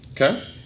Okay